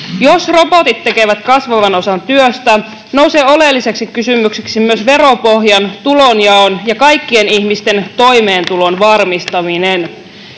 Jos robotit tekevät kasvavan osan työstä, nousee oleelliseksi kysymykseksi myös veropohjan, tulonjaon ja kaikkien ihmisten toimeentulon varmistaminen.